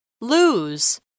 Lose